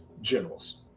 generals